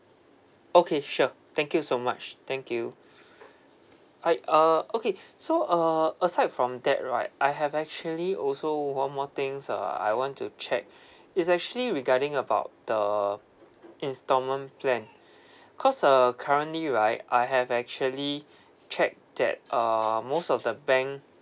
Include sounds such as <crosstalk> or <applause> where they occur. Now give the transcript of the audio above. okay sure thank you so much thank you <breath> I uh okay so uh aside from that right I have actually also one more things uh I want to check <breath> is actually regarding about the instalment plan <breath> cause uh currently right I have actually check that uh most of the bank